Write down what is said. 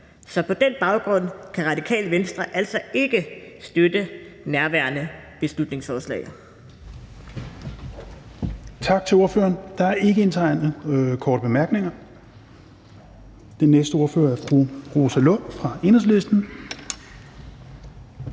Så på den baggrund kan Radikale Venstre altså ikke støtte nærværende beslutningsforslag.